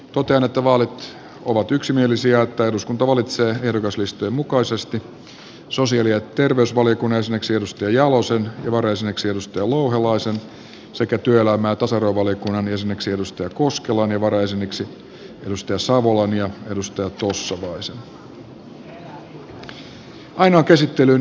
totean että vaalit ovat yksimielisiä ja että eduskunta valitsee ehdokaslistojen mukaisesti sosiaali ja terveysvaliokunnan jäseneksi ari jalosen ja varajäseneksi anne louhelaisen sekä työelämä ja tasa arvovaliokunnan jäseneksi laila koskelan ja varajäseniksi mikko savolan ja reijo tossavaisen